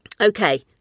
okay